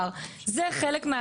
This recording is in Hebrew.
זה חלק מהעניין.